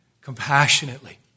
compassionately